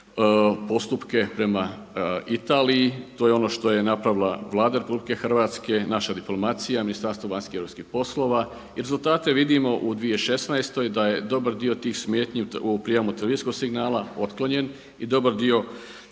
postupke prema Italiji, to je ono što je napravila Vlada RH, naša diplomacija, Ministarstvo vanjskih i europskih poslova. I rezultate vidimo u 2016. da je dobar dio tih smetnji u prijemu televizijskog signala otklonjen i dobar dio